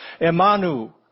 Emanu